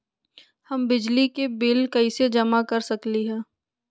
हम बिजली के बिल कईसे जमा कर सकली ह?